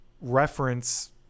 reference